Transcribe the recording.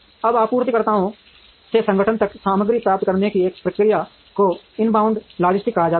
अब आपूर्तिकर्ताओं से संगठन तक सामग्री प्राप्त करने की इस प्रक्रिया को इनबाउंड लॉजिस्टिक्स कहा जाता है